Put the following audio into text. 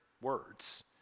words